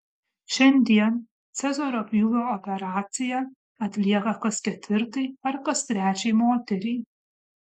šiandien cezario pjūvio operacija atlieka kas ketvirtai ar kas trečiai moteriai